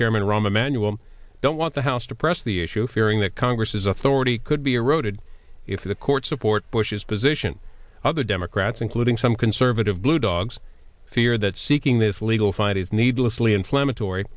chairman rahm emanuel don't want the house to press the issue fearing that congress's authority could be eroded if the courts support bush's position other democrats including some conservative blue dogs fear that seeking this legal fight is needlessly inflammatory